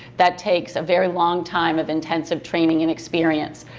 that takes a very long time of intensive training and experience,